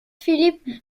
philippe